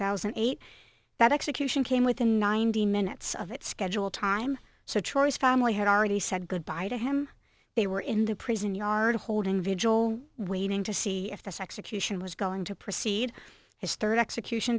thousand and eight that execution came within ninety minutes of its scheduled time so choice family had already said goodbye to him they were in the prison yard holding vigil waiting to see if this execution was going to proceed his third execution